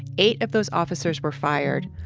eight of those officers were fired.